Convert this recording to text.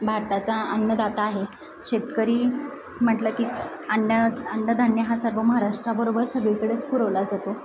भारताचा अन्नदाता आहे शेतकरी म्हटलं की अन्न अन्नधान्य हा सर्व महाराष्ट्राबरोबर सगळीकडेच पुरवला जातो